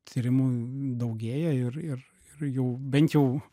tyrimų daugėja ir ir ir jau bent jau